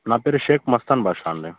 నా పేరు షేక్ మస్తాన్ భాషా అండి